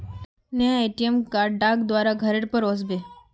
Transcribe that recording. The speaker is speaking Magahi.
नया ए.टी.एम कार्ड डाक द्वारा घरेर पर ओस बे